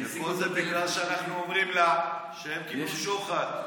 וכל זה בגלל שאנחנו אומרים לה שהם קיבלו שוחד.